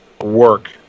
work